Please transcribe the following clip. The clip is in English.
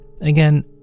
Again